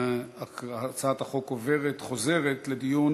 הצעת החוק חוזרת לדיון